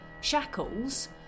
shackles